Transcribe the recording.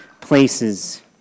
places